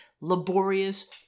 Laborious